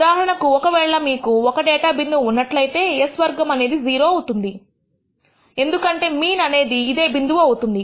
ఉదాహరణకు ఒక వేళ మీకు ఒక డేటా బిందువు ఉన్నట్లయితేs వర్గం అనేది 0 అవుతుంది ఎందుకంటే మీన్ అనేది ఇదే బిందువు అవుతుంది